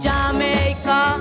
Jamaica